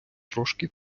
трошки